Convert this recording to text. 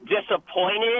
disappointed